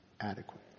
adequate